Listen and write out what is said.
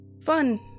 Fun